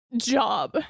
job